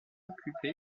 occupé